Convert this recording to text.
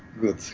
Good